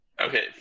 Okay